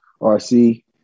RC